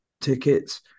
tickets